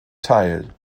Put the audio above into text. teil